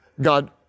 God